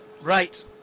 Right